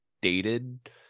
dated